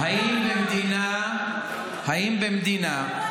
אנחנו בעד לתת לכולם.